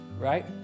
right